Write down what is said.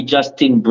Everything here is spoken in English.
Justin